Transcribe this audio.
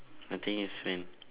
nothing is fine